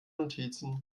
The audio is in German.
notizen